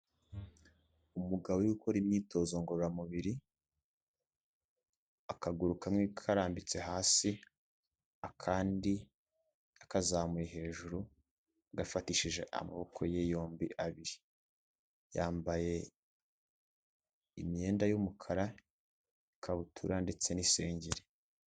Umugabo uri gukora imyitozo ngororamubiri akaguru kamwe karambitse hasi akandi yakazamuye hejuru agafatishije amaboko ye yombi abiri, yambaye imyenda y'umukara, ikabutura ndetse n'isengeri.